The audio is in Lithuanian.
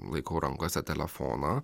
laikau rankose telefoną